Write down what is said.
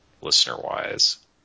listener-wise